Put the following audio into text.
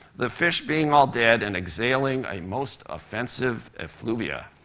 the fish being all dead and exhaling a most offensive effluvia.